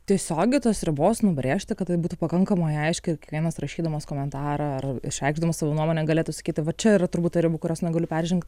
tiesiogiai tos ribos nubrėžti kad būtų pakankamai aiški ir kiekvienas rašydamas komentarą ar išreikšdamas savo nuomonę galėtų sakyti va čia yra turbūt ta riba kurios negaliu peržengt